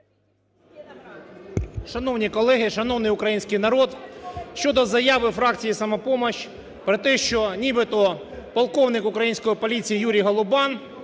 Шановні колеги! Шановний український народ! Щодо заяви фракції "Самопоміч" про те, що нібито полковник української поліції Юрій Голубан